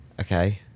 Okay